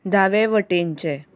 दावे वटेनचें